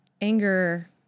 anger